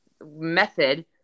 method